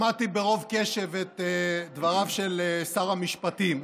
שמעתי ברוב קשב את דבריו של שר המשפטים.